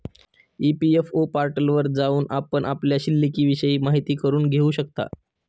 EPFO पोर्टलवर जाऊन आपण आपल्या शिल्लिकविषयी माहिती करून घेऊ शकता